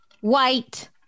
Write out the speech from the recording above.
white